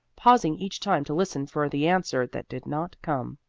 pausing each time to listen for the answer that did not come.